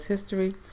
history